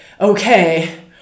okay